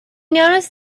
noticed